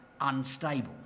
unstable